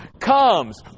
comes